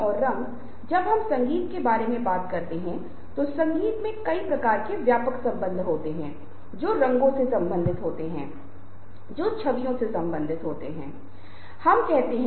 और जब आपने इन सभी चीजों को कर लिया है तो आप एक श्रोता की भूमिका से एक वक्ता की भूमिका में बड़े आराम से आ सकते हैं